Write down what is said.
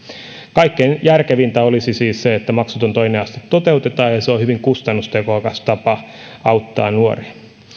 kaikkein järkevintä olisi siis se että maksuton toinen aste toteutetaan se on hyvin kustannustehokas tapa auttaa nuoria